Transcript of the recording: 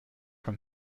from